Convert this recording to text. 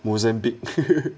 Mozambique